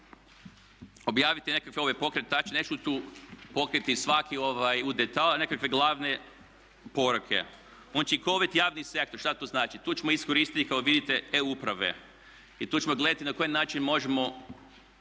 objaviti nekakve ove pokretače, neću tu pokriti svaki ovaj u detalj, nekakve glavne poruke. Učinkoviti javni sektor, što to znači? Tu ćemo iskoristiti kako vidite e-uprave i tu ćemo gledati na koji način